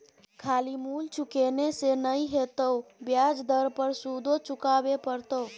खाली मूल चुकेने से नहि हेतौ ब्याज दर पर सुदो चुकाबे पड़तौ